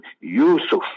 Yusuf